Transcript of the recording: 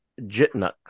Jitnux